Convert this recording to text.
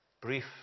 brief